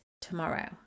tomorrow